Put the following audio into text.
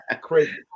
crazy